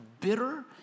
bitter